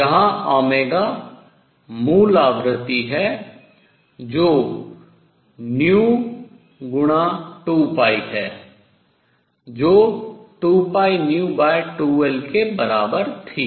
जहां ओमेगा मूल आवृत्ति है जो गुणा है जो 2πν2L के बराबर थी